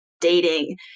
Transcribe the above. dating